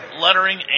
lettering